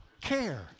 care